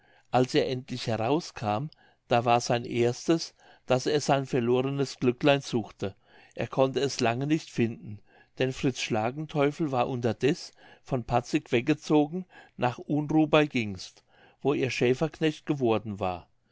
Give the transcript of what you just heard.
als er endlich herauskam da war sein erstes daß er sein verlornes glöcklein suchte er konnte es lange nicht finden denn fritz schlagenteufel war unterdeß von patzig weggezogen nach unruh bei gingst wo er schäferknecht geworden war